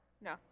No